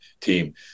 team